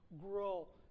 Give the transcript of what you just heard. grow